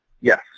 Yes